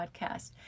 podcast